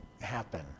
happen